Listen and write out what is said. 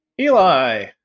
Eli